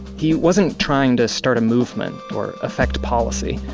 he wasn't trying to start a movement or affect policy,